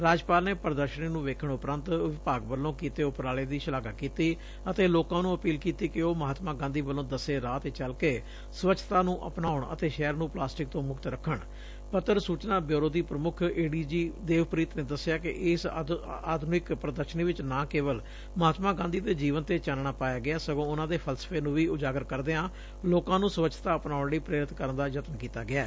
ਰਾਜਪਾਲ ਨੇ ਪ੍ਦਰਸ਼ਨੀ ਨੂੰ ਵਫਦ ਉਪਰੰਤ ਵਿਭਾਗ ਵਲੋਂ ਕੀਤੇ ਉਪਰਾਲੇ ਦੀ ਸ਼ਲਾਘਾ ਕੀਤੀ ਅਤੇ ਲੋਕਾ ਨੂੰ ਅਪੀਲ ਕੀਤੀ ਕਿ ਉਹ ਮਹਾਤਮਾ ਗਾਂਧੀ ਵੱਲੋਂ ਦਸੇ ਰਾਹ ਤੇ ਚਲ ਕੇ ਸਵੱਛਤਾ ਨੂੰ ਅਪਨਾਉਣ ਅਤੇ ਸ਼ਹਿਰ ਨੂੰ ਪਲਾਸਟਿਕ ਤੋਂ ਮੁਕਤ ਰੱਖਣ ਪੱਤਰ ਸੂਚਨਾ ਬਿਉਰੋ ਦੀ ਪ੍ਰਮੁੱਖ ਮਹਾਂਨਿਦੇਸ਼ਕ ਦੇਵਪ੍ੀਤ ਸਿੰਘ ਨੇ ਦਸਿਆ ਕਿ ਇਸ ਅਤਿਆਧੁਨਿਕ ਪ੍ਦਰਸ਼ਨੀ ਵਿਚ ਨਾ ਕੇਵਲ ਮਹਾਤਮਾ ਗਾਂਧੀ ਦੇ ਜੀਵਨ ਤੇ ਚਾਨਣਾ ਪਾਇਆ ਗਿਐ ਸਗੋਂ ਉਨੂਾ ਦੇ ਫਲਸਫੇ ਨੂੰ ਵੀ ਉਜਾਗਰ ਕਰਦਿਆਂ ਲੋਕਾਂ ਨੂੰ ਸਵੱਛਤਾ ਅਪਨਾਉਣ ਲਈ ਪ੍ਰੇਰਿਤ ਕਰਨ ਦਾ ਯਜਨ ਕੀਤਾ ਗੈ